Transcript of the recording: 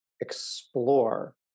explore